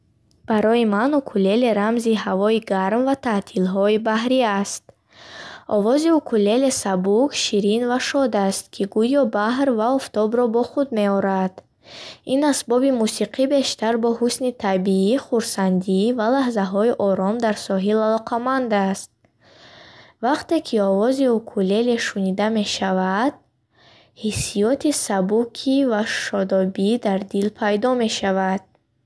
Барои ман укулеле рамзи ҳавои гарм ва таътилҳои баҳрӣ аст. Овози укулеле сабук, ширин ва шод аст, ки гӯё баҳр ва офтобро бо худ меорад. Ин асбоби мусиқӣ бештар бо ҳусни табиӣ, хурсандӣ ва лаҳзаҳои ором дар соҳил алоқаманд аст. Вақте ки овози укулеле шунида мешавад, ҳиссиёти сабукӣ ва шодобӣ дар дил пайдо мешавад.